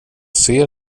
ser